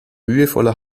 mühevoller